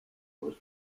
was